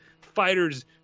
Fighters